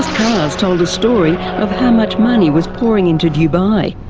cars told a story of how much money was pouring into dubai,